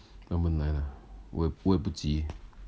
他们来啦我我我也不急